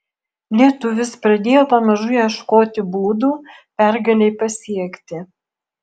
lietuvis pradėjo pamažu ieškoti būdų pergalei pasiekti